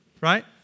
right